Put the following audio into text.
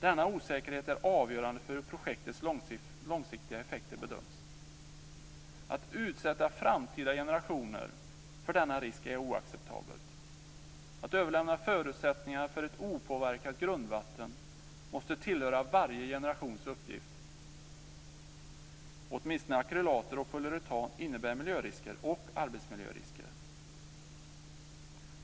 Denna osäkerhet är avgörande för hur projektets långsiktiga effekter bedöms. Att utsätta framtida generationer för denna risk är oacceptabelt. Att överlämna förutsättningar för ett opåverkat grundvatten måste tillhöra varje generations uppgift. Åtminstone akrylater och polyuretan innebär miljörisker och arbetsmiljörisker.